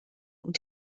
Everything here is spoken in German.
und